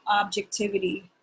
objectivity